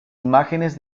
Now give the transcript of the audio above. imágenes